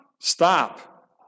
Stop